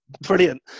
Brilliant